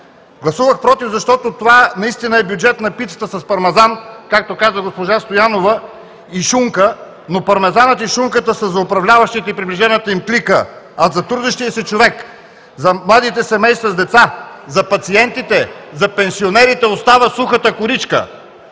Гласувах „против“, защото това наистина е бюджет на пицата с пармезан, както каза госпожа Стоянова, и шунка, но пармезанът и шунката са за управляващите и за приближените им клики, а за трудещия се човек, за младите семейства с деца, за пациентите, за пенсионерите остава сухата коричка.